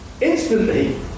instantly